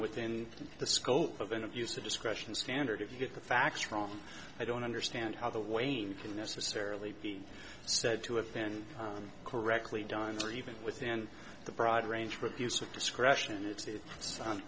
within the scope of an abuse of discretion standard if you get the facts wrong i don't understand how the wayne can necessarily be said to have been correctly done or even within the broad range for abuse of discretion and it's